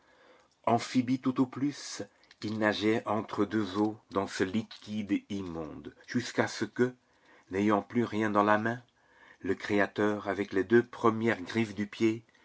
amphibies tout au plus ils nageaient entre deux eaux dans ce liquide immonde jusqu'à ce que n'ayant plus rien dans la main le créateur avec les deux premières griffes du pied